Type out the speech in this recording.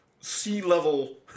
sea-level